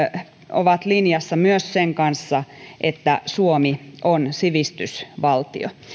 ovat linjassa myös sen kanssa että suomi on sivistysvaltio